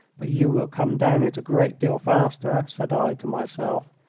but you will come down it a great deal faster, said i to myself,